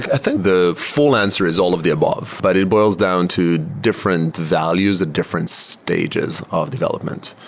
ah think the full answer is all of the above, but it boils down to different values at different stages of development.